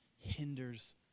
hinders